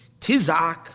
Tizak